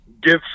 give